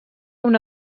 una